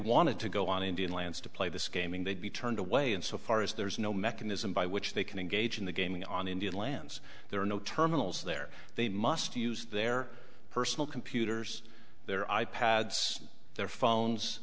wanted to go on indian lands to play this game in they'd be turned away insofar as there is no mechanism by which they can engage in the gaming on indian lands there are no terminals there they must use their personal computers their i pads their phones